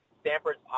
Stanford's